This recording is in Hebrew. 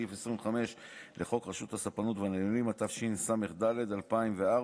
סעיף 25 לחוק רשות הספנות והנמלים, התשס"ד 2004,